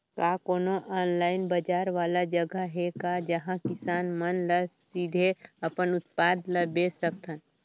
का कोनो ऑनलाइन बाजार वाला जगह हे का जहां किसान मन ल सीधे अपन उत्पाद ल बेच सकथन?